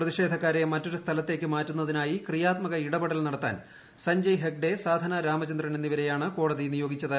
പ്രതിഷേധക്കാരെ മറ്റൊരു സ്ഥലത്തേക്ക് മാറ്റുന്നതിനായി ക്രിയാത്മക ഇടപെടൽ നടത്താൻ സഞ്ജയ് ഹെഗ്ഡെ സാധന രാമചന്ദ്രൻ എന്നിവരെയാണ് കോടതി നിയോഗിച്ചത്